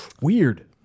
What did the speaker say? Weird